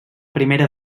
primera